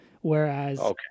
whereas